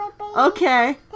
Okay